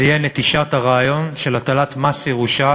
זו תהיה נטישת הרעיון של הטלת מס ירושה